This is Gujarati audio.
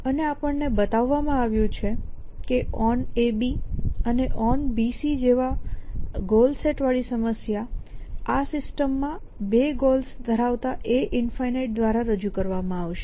અને આપણને બતાવવામાં આવ્યું છે કે OnAB અને OnBC જેવા ગોલ સેટ વાળી સમસ્યા આ સિસ્ટમમાં 2 ગોલ્સ ધરાવતા A∞ દ્વારા રજૂ કરવામાં આવશે